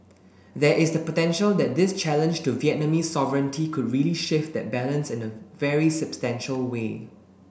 there is the potential that this challenge to Vietnamese sovereignty could really shift that balance in a very substantial way